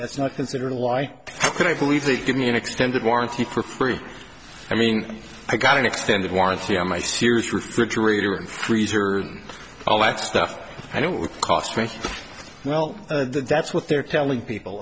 that's not considered a lie but i believe they give me an extended warranty for free i mean i got an extended warranty on my sears refrigerator and freezer and all that stuff and it would cost me well that's what they're telling people